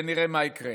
ונראה מה יקרה.